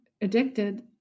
addicted